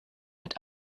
hat